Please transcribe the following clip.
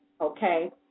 okay